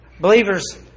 Believers